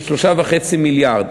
של 3.5 מיליארד.